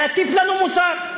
להטיף לנו מוסר.